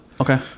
Okay